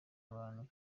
abantu